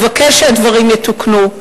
ומבקש שהדברים יתוקנו.